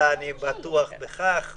אני מסכים עם הנושא ועם מה שהעלתה חברת הכנסת.